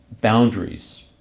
boundaries